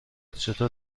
چطور